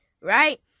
right